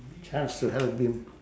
chance to help him